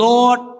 Lord